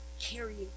Carrying